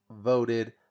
voted